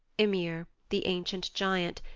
ymir, the ancient giant,